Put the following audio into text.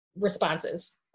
responses